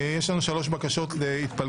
יש לנו 3 בקשות להתפלגות.